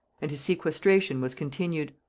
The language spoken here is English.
and his sequestration was continued.